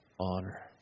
honor